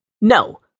No